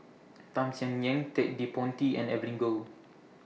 Tham Sien Yen Ted De Ponti and Evelyn Goh